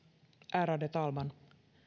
ärade talman